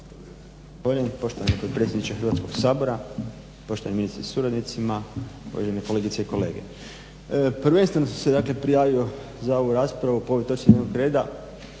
poštovani potpredsjedniče Hrvatskoga sabora. Poštovani ministre sa suradnicima, uvažene kolegice i kolege. Prvenstveno sam se dakle prijavio za ovu raspravu po ovoj točci dnevnog reda